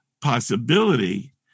possibility